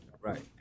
right